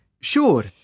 Sure